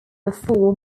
before